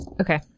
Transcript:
Okay